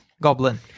Goblin